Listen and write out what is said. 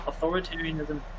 authoritarianism